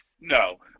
No